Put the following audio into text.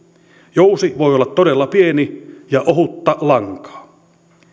jousi voi olla todella pieni ja ohutta lankaa